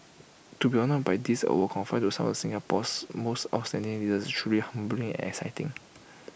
to be honoured by this award conferred on some of Singapore's most outstanding leaders is truly humbling and exciting